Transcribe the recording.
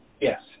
Yes